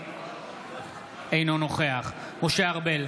אינו נוכח משה ארבל,